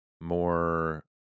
more